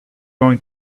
going